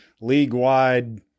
league-wide